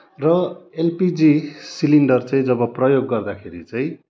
र LPG cylinder चाहिँ जब प्रयोग गर्दाखेरि चाहिँ